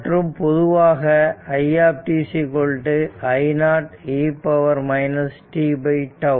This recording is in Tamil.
மற்றும் பொதுவாக i t I0 e tτ